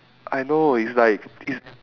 I know it's like it's